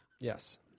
Yes